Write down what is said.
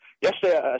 yesterday